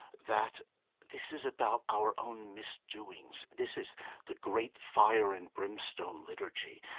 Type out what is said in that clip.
that this is about our own misdoings. this is the great fire and brimstone liturgy.